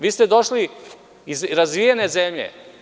Vi ste došli iz razvijene zemlje.